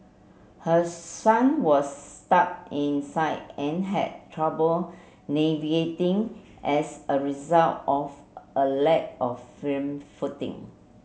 her son was stuck inside and had trouble navigating as a result of a lack of firm footing